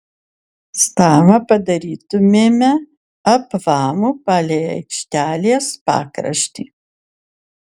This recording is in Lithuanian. stalą padarytumėme apvalų palei aikštelės pakraštį